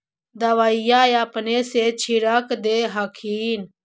दबइया अपने से छीरक दे हखिन?